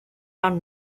are